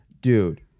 Dude